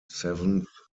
seventh